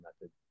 method